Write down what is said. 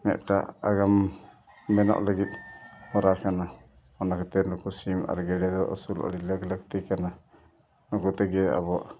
ᱢᱤᱫᱴᱟᱜ ᱟᱜᱟᱢ ᱢᱮᱱᱟᱜ ᱞᱟᱹᱜᱤᱫ ᱦᱚᱨᱟ ᱠᱟᱱᱟ ᱚᱱᱟ ᱠᱷᱟᱹᱛᱤᱨ ᱱᱩᱠᱩ ᱥᱤᱢ ᱟᱨ ᱜᱮᱰᱮ ᱫᱚ ᱟᱹᱥᱩᱞᱚᱜ ᱟᱹᱰᱤ ᱞᱮᱠ ᱞᱟᱹᱠᱛᱤ ᱠᱟᱱᱟ ᱱᱩᱠᱩ ᱛᱮᱜᱮ ᱟᱵᱚ